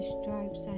stripes